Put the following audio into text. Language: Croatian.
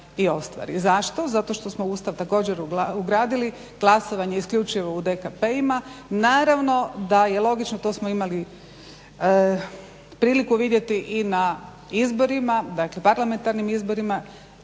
Zašto? Zato što smo u Ustav također ugradili glasovanje isključivo u DKP-ima. Naravno da je logično to smo imali priliku vidjeti i na parlamentarnim izborima.